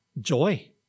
joy